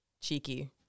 cheeky